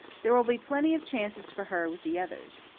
there will be plenty of chances for her with the others.